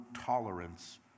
tolerance